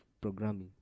programming